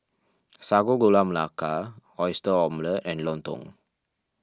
Sago Gula Melaka Oyster Omelette and Lontong